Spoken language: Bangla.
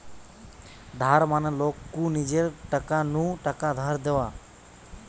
ধার মানে লোক কু নিজের টাকা নু টাকা ধার দেওয়া